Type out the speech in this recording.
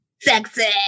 Sexy